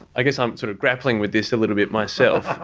i guess i'm sort of grappling with this a little bit myself,